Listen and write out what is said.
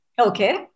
Okay